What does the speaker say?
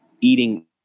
eating